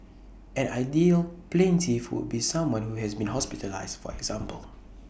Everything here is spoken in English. an ideal plaintiff would be someone who has been hospitalised for example